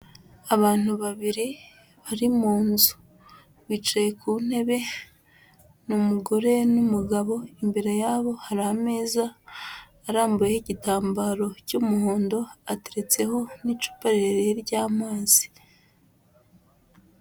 Abantu babiri bari mu nzu bicaye ku ntebe ni umugore n'umugabo, imbere yabo hari ameza arambuye igitambaro cy'umuhondo atetseho n'icupa rirerire ry'amazi.